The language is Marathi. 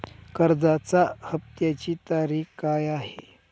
कर्जाचा हफ्त्याची तारीख काय आहे?